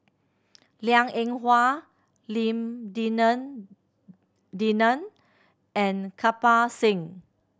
Liang Eng Hwa Lim Denan Denon and Kirpal Singh